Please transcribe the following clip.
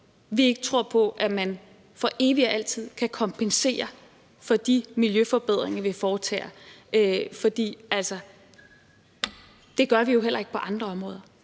tror på, at man for evigt og altid kan kompensere for de miljøforbedringer, vi foretager. Det gør vi jo heller ikke på andre områder.